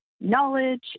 knowledge